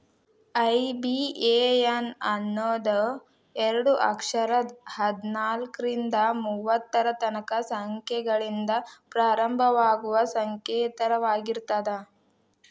IBAN ಅನ್ನೋದು ಎರಡ ಅಕ್ಷರದ್ ಹದ್ನಾಲ್ಕ್ರಿಂದಾ ಮೂವತ್ತರ ತನಕಾ ಸಂಖ್ಯೆಗಳಿಂದ ಪ್ರಾರಂಭವಾಗುವ ಸಂಕೇತವಾಗಿರ್ತದ